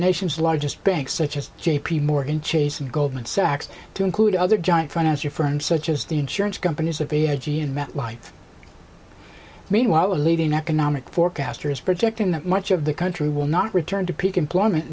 nation's largest banks such as j p morgan chase and goldman sachs to include other giant finance your firm such as the insurance companies are very edgy and metlife meanwhile a leading economic forecaster is projecting that much of the country will not return to peak employment